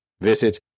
Visit